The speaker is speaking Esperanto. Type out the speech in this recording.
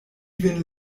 vin